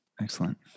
excellent